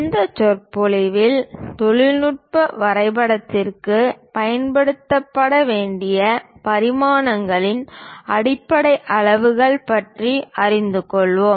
இந்த சொற்பொழிவில் தொழில்நுட்ப வரைபடத்திற்கு பயன்படுத்தப்பட வேண்டிய பரிமாணங்களின் அடிப்படை அலகுகள் பற்றி அறிந்து கொள்வோம்